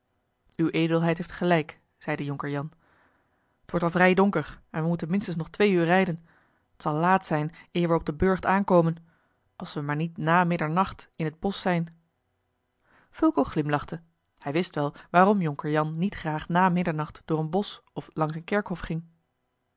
uwe edelheid heeft gelijk zeide jonker jan t wordt al vrij donker en we moeten minstens nog twee uur rijden t zal laat zijn eer we op den burcht aankomen als we maar niet na middernacht in het bosch zijn fulco glimlachte hij wist wel waarom jonker jan niet graag na middernacht door een bosch of langs een kerkhof ging